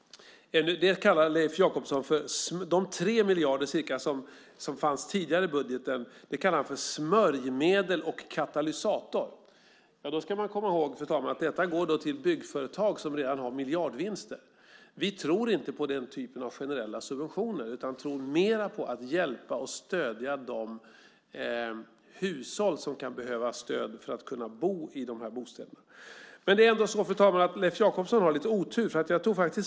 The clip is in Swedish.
De ca 3 miljarder som tidigare fanns i budgeten kallar Leif Jakobsson för smörjmedel och katalysator. Då ska man komma ihåg, fru talman, att dessa går till byggföretag som redan har miljardvinster. Vi tror inte på den typen av generella subventioner. Vi tror mer på att hjälpa och stödja de hushåll som kan behöva stöd för att kunna bo i dessa bostäder. Leif Jakobsson har lite otur, fru talman.